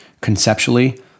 conceptually